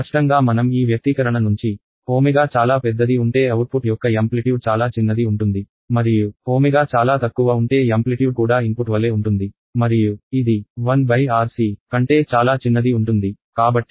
స్పష్టంగా మనం ఈ వ్యక్తీకరణ నుంచి ω చాలా పెద్దది ఉంటే అవుట్పుట్ యొక్క యాంప్లిట్యూడ్ చాలా చిన్నది ఉంటుంది మరియు ω చాలా తక్కువ ఉంటే యాంప్లిట్యూడ్ కూడా ఇన్పుట్ వలె ఉంటుంది మరియు ఇది 1 R C కంటే చాలా చిన్నది ఉంటుంది